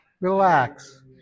Relax